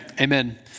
Amen